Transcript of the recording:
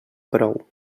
prou